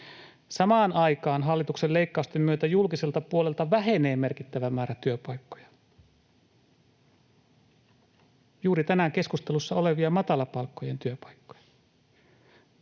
Samaan aikaan hallituksen leikkausten myötä julkiselta puolelta vähenee merkittävä määrä työpaikkoja — juuri tänään keskustelussa olevia matalapalkkojen työpaikkoja.